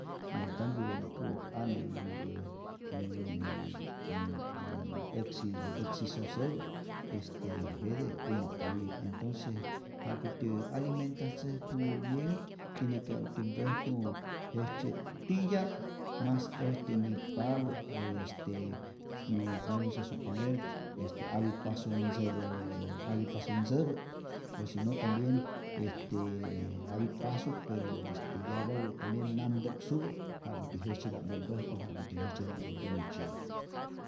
En cambio je kä'ok ane yähnpä yääää äää äksi aksi sosepä este jete uma oye, entonce ja'kutyä alimentatzäjku bienh tiene que ja'kutyä mpäjku jejtzye titya'p mas äjtyä nip'papä, este nä vamos a suponer este apit pasonh ntzäpää, apit pasonh ntzäpä o si no tambien este apit pasok pero este yawapä tambien namtä'ksupä ja'kutyä jejtzyeta'mpä mpäjku, ja'kutyä jejtzyeta'mpä pyämitzyi'u.